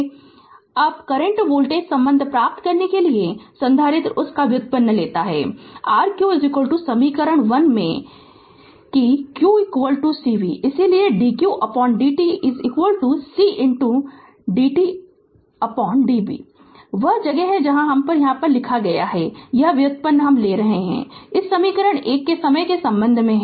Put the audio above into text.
Refer Slide Time 0802 अब current voltage संबंध प्राप्त करने के लिए संधारित्र उस का व्युत्पन्न लेता है rq समीकरण 1 में कि q cv इसलिए dqdt c dbdt वह जगह है जहाँ हम यहाँ लिख रहे है यह व्युत्पन्न ले रहा हूँ इस समीकरण 1 के समय के संबंध में